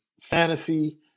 fantasy